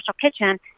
kitchen